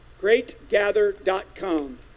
Greatgather.com